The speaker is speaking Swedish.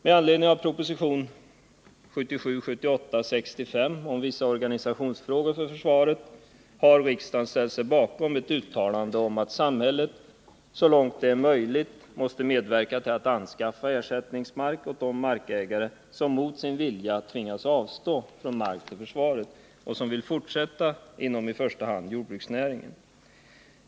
Med anledning av proposition 1977/78:65 om vissa organisationsfrågor för försvaret har riksdagen ställt sig bakom ett uttalande om att samhället så långt det är möjligt måste medverka till att anskaffa ersättningsmark åt de markägare som mot sin vilja tvingats avstå från mark till försvaret och som vill fortsätta inom i första hand jordbruksnäringen.